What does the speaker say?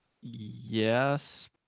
yes